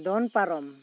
ᱫᱚᱱ ᱯᱟᱨᱚᱢ